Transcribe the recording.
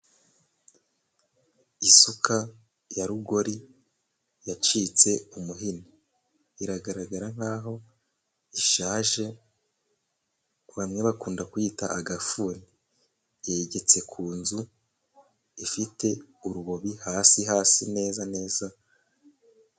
Isuka ya rugori yacitse umuhini. Iragaragara nk'aho ishaje. Bamwe bakunda kuyita agafuni . Yegetse ku nzu ifite urubobi hasi hasi , neza neza.